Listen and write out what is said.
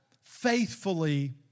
faithfully